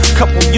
Couple